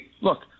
look